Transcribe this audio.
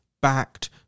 backed